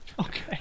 Okay